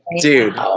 dude